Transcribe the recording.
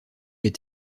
les